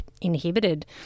inhibited